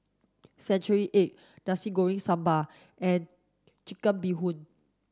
century egg Nasi Goreng Sambal and chicken bee Hoon